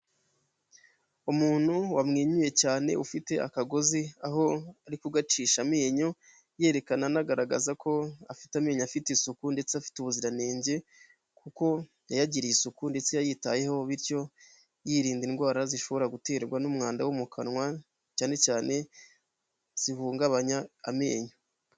Umuntu wamwenyuye cyane, ufite akagozi aho ari kugacisha amenyo, yerekana anagaragaza ko afite amenyo afite isuku, ndetse afite ubuziranenge, kuko yayagiriye isuku ndetse yayitayeho, bityo yirinda indwara zishobora guterwa n'umwanda wo mu kanwa, cyane cyane zihungabanya amenyo.